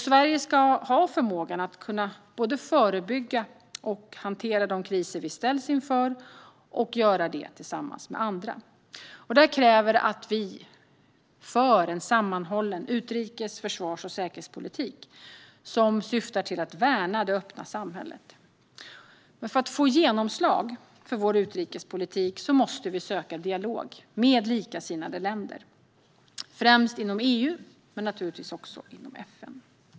Sverige ska ha förmågan att både förebygga och hantera de kriser vi ställs inför och göra det tillsammans med andra. Det kräver att vi för en sammanhållen utrikes, försvars och säkerhetspolitik som syftar till att värna det öppna samhället. Men för att vi ska få genomslag för vår utrikespolitik måste vi söka dialog med likasinnade länder, främst inom EU men naturligtvis också inom FN.